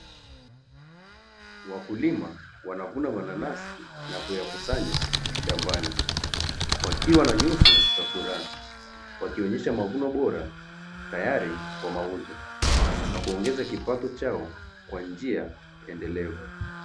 Wakulima wanavuna mananasi na kuyakusanya shambani wakiwa na nyuso za furaha, wakionyesha mavuno bora tayari kwa mauzo, na kuongeza kipato chao kwa njia endelevu.